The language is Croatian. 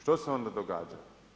Što se onda događa?